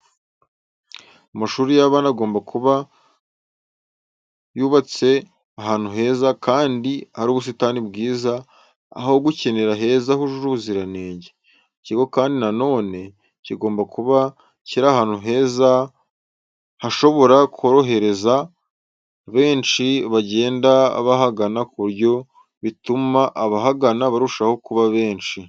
Amashuri y'abana agomba kuba agomba kuba yubatse ahantu heza kandi hari ubusitani bwiza, aho gukinira heza hujuje ubuziranenge. Ikigo kandi na none kigomba kuba kiri ahantu heza hashobora korohereza benshi bagenda bahagana ku buryo bituma abahagana barushaho kuba benshi.